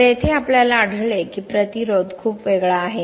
तर येथे आपल्याला आढळले की प्रतिरोधखूप वेगळा आहे